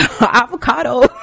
avocado